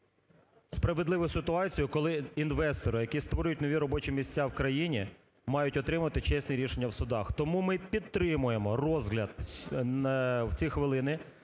справедливу ситуацію, коли інвестори, які створюють нові робочі місця в країні, мають отримувати чесні рішення в судах. Тому ми підтримуємо розгляд в ці хвилини